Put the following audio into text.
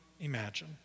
imagine